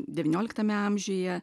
devynioliktame amžiuje